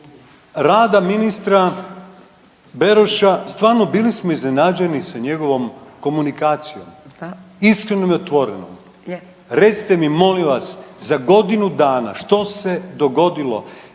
rada ministra Beroša stvarno bili smo iznenađeni sa njegovom komunikacijom iskrenom i otvorenom. Recite mi molim vas za godinu dana što se dogodilo